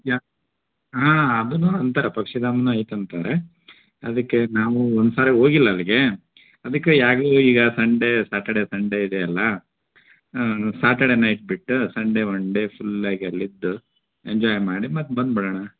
ಯ ಹಾಂ ಅದನ್ನು ಅಂತಾರ ಪಕ್ಷಿಧಾಮನು ಐತೆ ಅಂತಾರೆ ಅದಕ್ಕೆ ನಾವು ಒಂದ್ಸಾರಿ ಹೋಗಿಲ್ಲ ಅಲ್ಲಿಗೆ ಅದಕ್ಕೆ ಹೇಗು ಈಗ ಸಂಡೇ ಸಾಟರ್ಡೇ ಸಂಡೇ ಇದೆಯಲ್ಲ ನಾನು ಸಾಟರ್ಡೇ ನೈಟ್ ಬಿಟ್ಟು ಸಂಡೇ ಮಂಡೇ ಫುಲ್ಲಾಗಿ ಅಲ್ಲಿದ್ದು ಎಂಜಾಯ್ ಮಾಡಿ ಮತ್ತೆ ಬಂದು ಬಿಡೋಣ